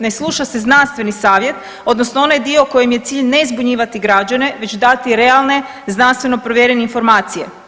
Ne sluša se znanstveni savjet odnosno onaj dio kojemu je cilj ne zbunjivati građane već dati realne znanstveno-provjerene informacije.